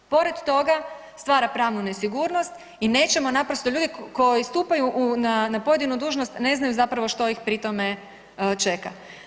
Pored toga stvara pravnu nesigurnost i nećemo naprosto ljude koji stupaju na pojedinu dužnost ne znaju zapravo što ih pri tome čeka.